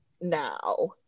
now